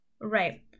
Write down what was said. Right